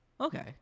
Okay